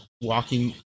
walking